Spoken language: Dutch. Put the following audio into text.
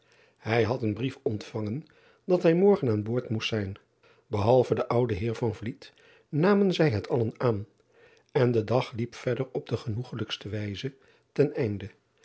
ij had een brief ontvangen dat hij morgen aan boord moest zijn ehalve den ouden eer namen zij het allen aan en de dag liep verder op de genoegelijkste wijze ten einde